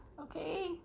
Okay